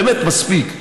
באמת, מספיק.